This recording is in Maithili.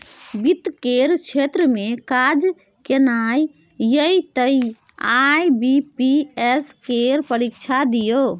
वित्त केर क्षेत्र मे काज केनाइ यै तए आई.बी.पी.एस केर परीक्षा दियौ